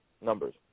numbers